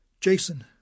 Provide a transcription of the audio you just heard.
Jason